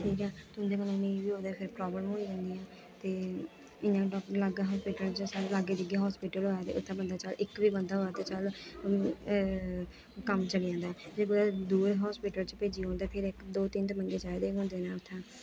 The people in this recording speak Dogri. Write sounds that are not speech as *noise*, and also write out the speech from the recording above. *unintelligible* ठीक ऐ ते उं'दे कन्नै नेईं बी होऐ ते प्राब्लम होई जंदी ऐ केह् इ'यां ते डा लाग्गै साढ़ै हास्पिटल होऐ साढ़े लागै दिगगै हास्पिटल होऐ ते उत्थै चल इक बी बंदा होए ते चल कम्म चली जंदा ते दूर हास्पिटल च भेजियै दो तिन ते बंदे चाहिदे होंदे ने उत्थै